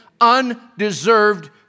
Undeserved